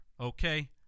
okay